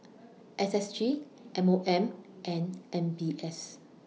S S G M O M and M B S